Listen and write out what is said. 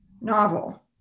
novel